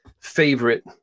favorite